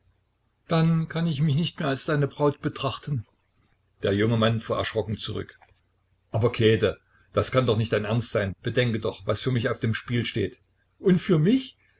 dann kann ich mich nicht mehr als deine braut betrachten der junge mann fuhr erschrocken zurück aber käthe das kann doch nicht dein ernst sein bedenke doch was für mich auf dem spiel steht und für mich